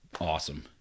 awesome